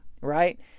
right